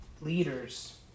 leaders